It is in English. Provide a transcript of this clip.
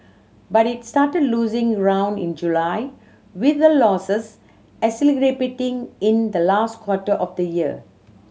but it started losing ground in July with the losses in the last quarter of the year